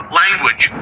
language